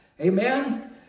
amen